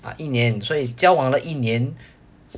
ah 一年所以交往了一年